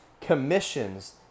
commissions